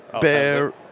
Bear